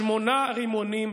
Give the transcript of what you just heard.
שמונה רימונים,